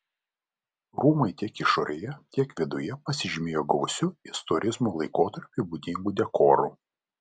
rūmai tiek išorėje tiek viduje pasižymėjo gausiu istorizmo laikotarpiui būdingu dekoru